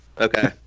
Okay